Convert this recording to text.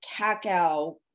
cacao